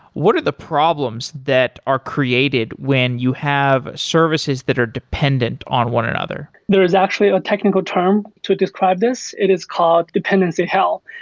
what are the problems that are created when you have services that are dependent on one another? there is actually a technical term to describe this. it is called dependency hell.